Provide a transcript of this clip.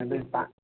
बिल्कुलु